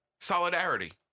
Solidarity